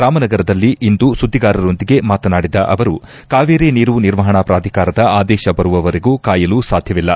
ರಾಮನಗರದಲ್ಲಿಂದು ಸುದ್ದಿಗಾರರೊಂದಿಗೆ ಮಾತನಾಡಿದ ಅವರುಕಾವೇರಿ ನೀರು ನಿರ್ವಹಣಾ ಪ್ರಾಧಿಕಾರದ ಆದೇಶ ಬರುವವರೆಗೂ ಕಾಯಲು ಸಾಧ್ಯವಿಲ್ಲ